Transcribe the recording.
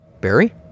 Barry